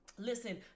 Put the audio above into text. Listen